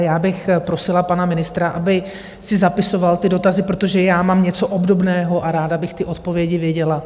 Já bych prosila pana ministra, aby si zapisoval ty dotazy, protože já mám něco obdobného a ráda bych ty odpovědi věděla.